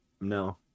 No